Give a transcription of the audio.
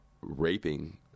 raping